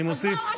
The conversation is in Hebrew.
אז בואו,